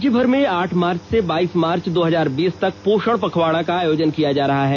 राज्यभर में आठ मार्च से बाइस मार्च दो हजार बीस तक पोषण पखवाड़ा का आयोजन किया जा रहा है